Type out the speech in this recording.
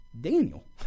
Daniel